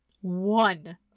one